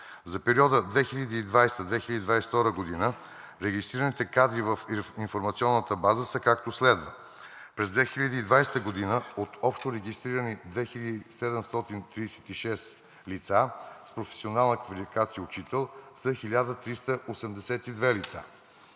За периода 2020 – 2022 г. регистрираните кадри в информационната база са, както следва: през 2020 г. от общо регистрирани 2736 лица с професионална квалификация „учител“ са 1382 лица;